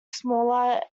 smaller